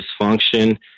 dysfunction